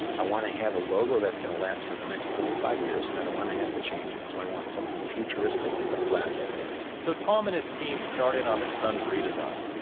i want to have a logo that's going to last for the next twenty-five years i don't want to have to change it, so i want something futuristic but classic so tom and his team start in on the suns redesign.